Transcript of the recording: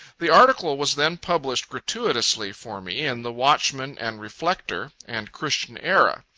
the article was then published gratuitously for me in the watchman and reflector and christian era.